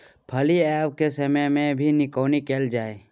फली आबय के समय मे भी निकौनी कैल गाय?